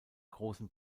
großen